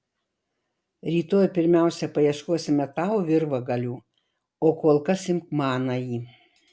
rytoj pirmiausia paieškosime tau virvagalio o kol kas imk manąjį